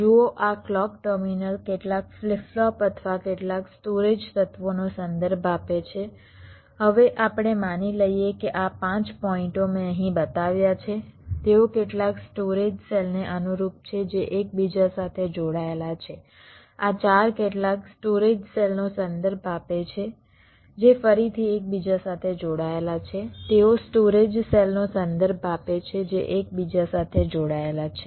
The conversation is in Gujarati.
જુઓ આ ક્લૉક ટર્મિનલ કેટલાક ફ્લિપ ફ્લોપ અથવા કેટલાક સ્ટોરેજ તત્વો નો સંદર્ભ આપે છે હવે આપણે માની લઈએ કે આ 5 પોઇન્ટઓ મેં અહીં બતાવ્યા છે તેઓ કેટલાક સ્ટોરેજ સેલ ને અનુરૂપ છે જે એકબીજા સાથે જોડાયેલા છે આ 4 કેટલાક સ્ટોરેજ સેલનો સંદર્ભ આપે છે જે ફરીથી એકબીજા સાથે જોડાયેલા છે તેઓ સ્ટોરેજ સેલનો સંદર્ભ આપે છે જે એકબીજા સાથે જોડાયેલા છે